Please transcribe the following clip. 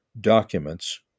documents